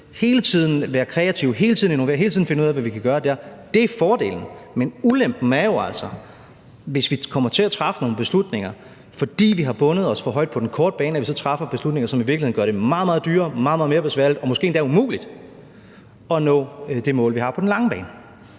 hele tiden være kreative og hele tiden finde ud af, hvad vi kan gøre dér. Det er fordelen. Men ulempen er jo altså, hvis vi, fordi vi har bundet os for højt på den korte bane, i virkeligheden træffer beslutninger, der gør det meget, meget dyrere og meget, meget mere besværligt og måske endda umuligt at nå det mål, vi har på den lange bane.